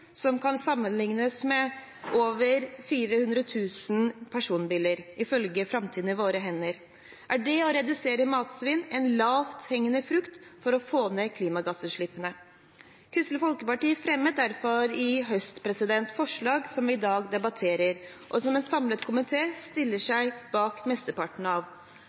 som kan sammenliknes med over 400 000 personbiler, ifølge Framtiden i våre hender, er det å redusere matsvinn en lavthengende frukt for å få ned klimagassutslippene. Kristelig Folkeparti fremmet derfor i høst forslaget som vi i dag debatterer, og som en samlet komité stiller seg bak mesteparten av.